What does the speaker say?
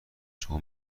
شما